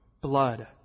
blood